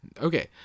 Okay